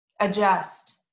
adjust